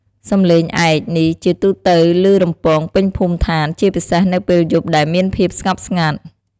សំឡេងឯកនេះជាទូទៅលឺរំពងពេញភូមិឋាន ជាពិសេសនៅពេលយប់ដែលមានភាពស្ងប់ស្ងាត់។